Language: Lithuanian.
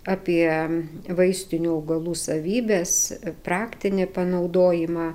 apie vaistinių augalų savybes praktinį panaudojimą